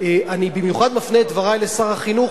אני במיוחד מפנה את דברי לשר החינוך,